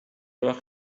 وخت